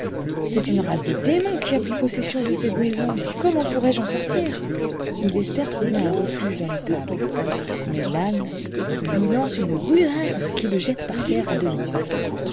c'est une race de démons qui a pris possession de cette maison comment pourraije en sortir il espère trouver un refuge dans l'étable mais l'âne lui lance une ruade qui le jette par terre à demi mort